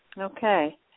Okay